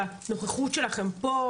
הנוכחות שלכם פה,